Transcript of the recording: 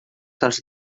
dels